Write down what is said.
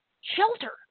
shelter